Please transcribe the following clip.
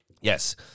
Yes